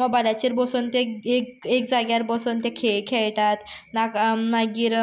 मोबायलाचेर बोसोन ते एक एक जाग्यार बोसोन ते खेळ खेळटात नाका मागीर